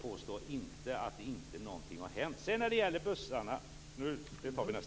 Påstå alltså inte att ingenting har hänt!